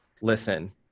listen